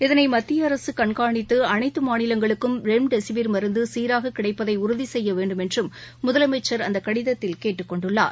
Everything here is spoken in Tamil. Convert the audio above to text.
இதனை மத்திய அரசு கண்காணித்து அனைத்து மாநிலங்களுக்கும் ரெம்டெசிவிர் மருந்து சீராக கிடைப்பதை உறுதி செய்ய வேண்டுமென்று முதலமைச்சர் அந்த கடிதத்தில் கேட்டுக் கொண்டுள்ளார்